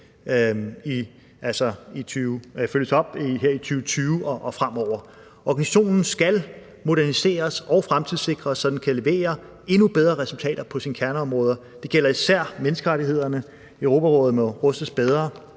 følges op her i 2020 og fremover. Organisationen skal moderniseres og fremtidssikres, så den kan levere endnu bedre resultater på sine kerneområder. Det gælder især menneskerettighederne. Europarådet må rustes bedre